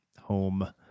home